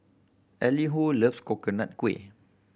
Elihu loves Coconut Kuih